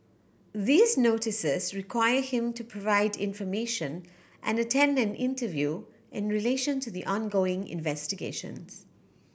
these Notices require him to provide information and attend an interview in relation to the ongoing investigations